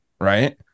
right